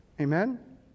Amen